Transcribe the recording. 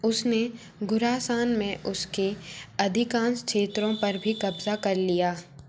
उसने घुरासान में उसके अधिकांश क्षेत्रों पर भी कब्ज़ा कर लिया